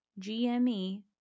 GME